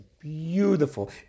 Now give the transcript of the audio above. Beautiful